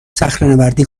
صخرهنوردی